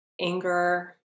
Anger